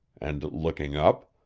and, looking up,